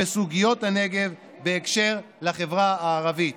סוגיות הנגב בהקשר של החברה הערבית.